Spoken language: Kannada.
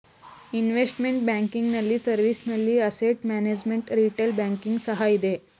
ಇನ್ವೆಸ್ಟ್ಮೆಂಟ್ ಬ್ಯಾಂಕಿಂಗ್ ನಲ್ಲಿ ಸರ್ವಿಸ್ ನಲ್ಲಿ ಅಸೆಟ್ ಮ್ಯಾನೇಜ್ಮೆಂಟ್, ರಿಟೇಲ್ ಬ್ಯಾಂಕಿಂಗ್ ಸಹ ಇದೆ